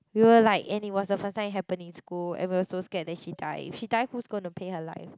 we were like and it was the first time it happened in school and we were so scared that she die if she die who is going to pay her life